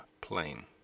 plane